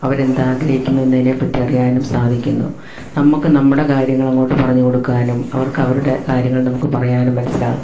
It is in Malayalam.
അവർ എന്ത് ആഗ്രഹിക്കുന്നു എന്നതിനെ പറ്റി അറിയാനും സാധിക്കുന്നു നമ്മൾക്ക് നമ്മുടെ കാര്യങ്ങൾ അങ്ങോട്ട് പറഞ്ഞു കൊടുക്കാനും അവർക്ക് അവരുടെ കാര്യങ്ങൾ നമുക്ക് പറയാനും മനസ്സിലാവും